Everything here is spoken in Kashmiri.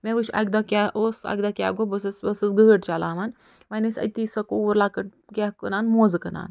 مےٚ وُچھ اَکہِ دۄہ کیٛاہ اوس اَکہِ دۄہ کیٛاہ گوٚو بہٕ ٲسٕس بہٕ ٲسٕس گٲڈۍ چَلاوان وۄنۍ ٲس أتی سۄ کوٗر لۄکٕٹۍ کیٛاہ کٕنان موزٕ کٕنان